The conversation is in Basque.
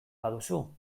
baduzu